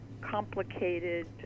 complicated